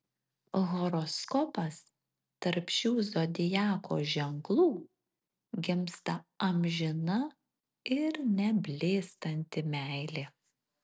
horoskopas tarp šių zodiako ženklų gimsta amžina ir neblėstanti meilė